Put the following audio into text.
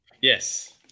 yes